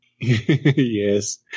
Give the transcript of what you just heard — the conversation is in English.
Yes